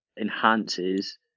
enhances